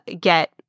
get